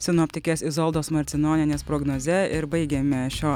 sinoptikės izoldos marcinonienės prognoze ir baigiame šio